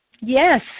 Yes